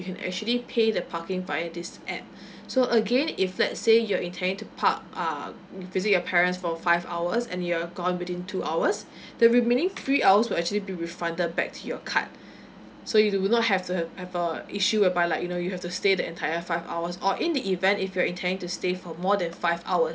you can actually pay the parking via this app so again if let's say you are intending to park uh visit your parents for five hours and you're gone within two hours the remaining three hours will actually be refunded back to your card so you do not have the have a issue whereby like you know you have to stay the entire five hours or in the event if you're intending to stay for more than five hours